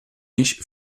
ich